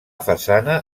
façana